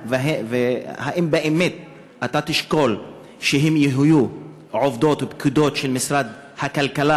והאם באמת אתה תשקול שהן יהיו עובדות או פקידות של משרד הכלכלה,